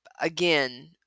again